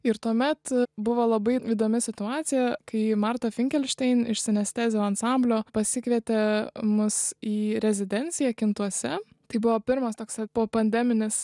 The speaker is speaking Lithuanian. ir tuomet buvo labai įdomi situacija kai marta finkelštein iš sinestezių ansamblio pasikvietė mus į rezidenciją kintuose tai buvo pirmas toks popandeminis